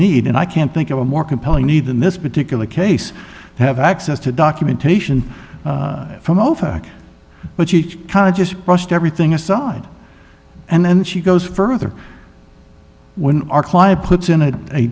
need and i can't think of a more compelling need in this particular case have access to documentation from over but she kind of just brushed everything aside and then she goes further when our client puts in